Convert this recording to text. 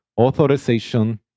authorization